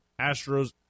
Astros